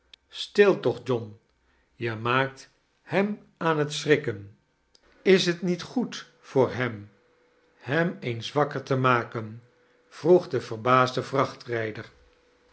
stil toch john je maakt hem aan t schrikken is het niet goed voor hem hem eens wakker te maken vroeg de verbaasde